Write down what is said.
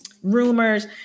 rumors